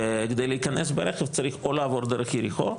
וכדי להיכנס ברכב צריך או לעבור דרך יריחו,